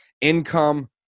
income